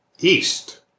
east